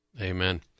Amen